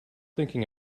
thinking